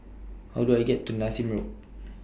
How Do I get to Nassim Road